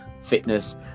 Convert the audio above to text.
fitness